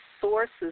sources